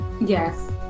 Yes